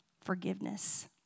Forgiveness